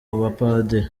bapadiri